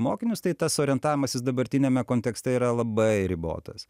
mokinius tai tas orientavimasis dabartiniame kontekste yra labai ribotas